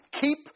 keep